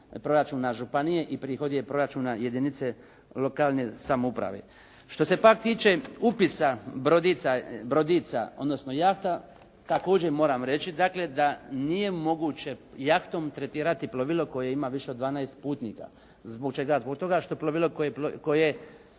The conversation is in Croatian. proračuna županije i prihod je proračuna jedinice lokalne samouprave. Što se pak tiče upisa brodica odnosno jahti također moram reći dakle da nije moguće jahtom tretirati plovilo koje ima više od 12 putnika. Zbog čega? Zbog toga što plovilo koje